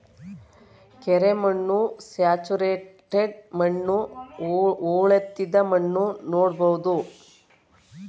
ಕೆರೆ ಮಣ್ಣು, ಸ್ಯಾಚುರೇಟೆಡ್ ಮಣ್ಣು, ಹೊಳೆತ್ತಿದ ಮಣ್ಣು ನೋಡ್ಬೋದು